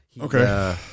Okay